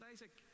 Isaac